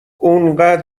انقد